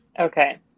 Okay